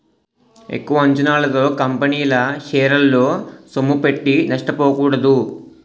ఎక్కువ అంచనాలతో కంపెనీల షేరల్లో సొమ్ముపెట్టి నష్టపోకూడదు